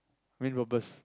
main purpose